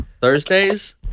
thursdays